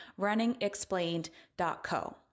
runningexplained.co